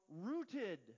rooted